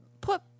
put